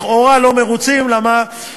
לכאורה לא מרוצים, למה?